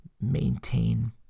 maintain